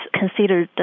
considered